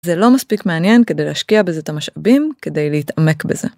זה לא מספיק מעניין כדי להשקיע בזה את המשאבים, כדי להתעמק בזה.